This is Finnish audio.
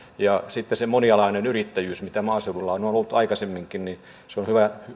ja sitten se monialainen yrittäjyys mitä maaseudulla on on ollut aikaisemminkin se on